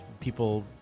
People